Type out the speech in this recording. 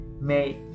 made